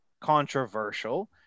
controversial